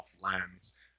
lands